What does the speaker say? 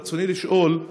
רצוני לשאול: